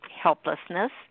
helplessness